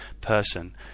person